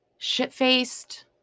shit-faced